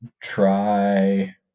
try